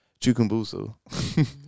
Chukumbusu